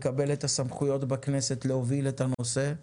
מקבל את הסמכויות בכנסת להוביל את הנושא.